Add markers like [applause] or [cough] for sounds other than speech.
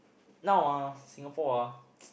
now ah Singapore ah [noise]